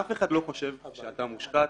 אף אחד לא חושב שאתה מושחת,